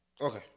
Okay